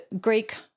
Greek